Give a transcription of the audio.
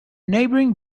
neighboring